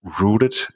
rooted